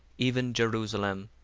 even jerusalem,